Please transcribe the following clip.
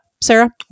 sarah